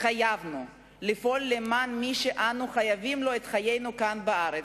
התחייבנו לפעול למען מי שאנו חייבים להם את חיינו כאן בארץ,